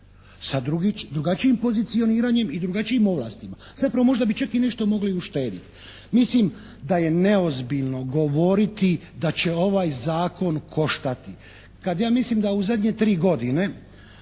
sa drugačijim pozicioniranjem i drugačijim ovlastima. Zapravo možda bi čak i nešto mogli i uštediti. Mislim da je neozbiljno govoriti da će ovaj zakon koštati kada ja mislim da u zadnje tri godine